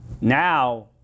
Now –